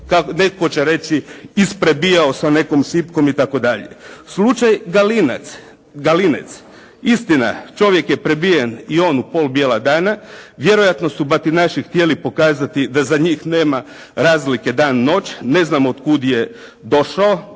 netko će reći, isprebijao s nekom šipkom itd. Slučaj Galinec, istina čovjek je prebijen i on u pol bijela dana, vjerojatno su batinaši htjeli pokazati da za njih nema razlike dan, noć, ne znam od kuda je došao,